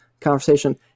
conversation